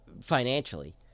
financially